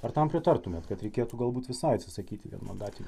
ar tam pritartumėt kad reikėtų galbūt visai atsisakyti vienmandatinių